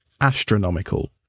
astronomical